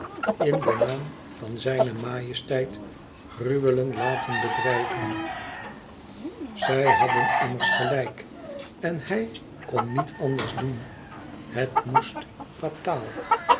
in den naam van zijne majesteit gruwelen laten bedrijven zij hadden immers gelijk en hij kon niet anders doen het moest fataal